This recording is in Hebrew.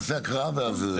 נעשה הקראה ואז.